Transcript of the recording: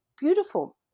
beautiful